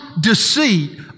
deceit